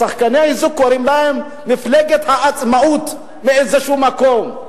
שחקני החיזוק קוראים להם מפלגת העצמאות מאיזשהו מקום.